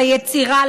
ליצירה,